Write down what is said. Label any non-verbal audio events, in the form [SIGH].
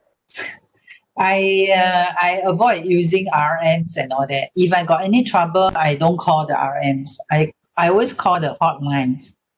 [NOISE] I uh I avoid using R_Ms and all that if I got any trouble I don't call the R_Ms I I always call the hotlines